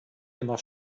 immer